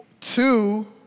Two